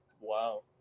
wow